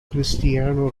cristiano